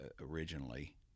originally